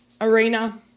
arena